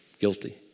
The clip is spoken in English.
Guilty